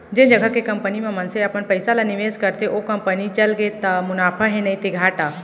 जेन जघा के कंपनी म मनसे अपन पइसा ल निवेस करथे ओ कंपनी चलगे त मुनाफा हे नइते घाटा